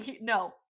no